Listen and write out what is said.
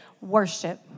Worship